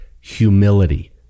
humility